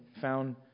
found